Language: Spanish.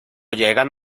llegan